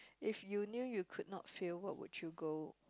if you knew you could not fail what would you go